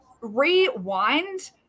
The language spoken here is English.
Rewind